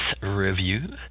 review